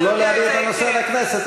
להביא את הנושא לכנסת,